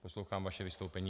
Poslouchám vaše vystoupení.